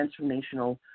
transformational